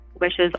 wishes